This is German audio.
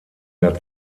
der